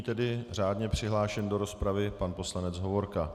Nyní řádně přihlášen do rozpravy pan poslanec Hovorka.